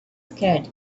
scared